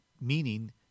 meaning